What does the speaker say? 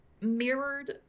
mirrored